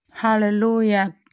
Hallelujah